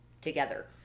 together